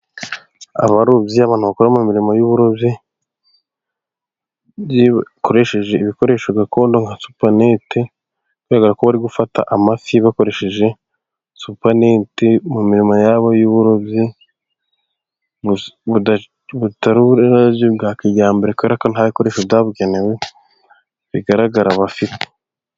Aba barobyi, abantu bakora mu mirimo y'uburobyi ,iyo bakoresheje ibikoresho gakondo nka supaninete, bigaragara ko bari gufata amafi bakoresheje supanete mu mirimo yabo y'uburobyi bwa kijyambere kubera ko nta bikoresho byabugenewe bigaragara bafite.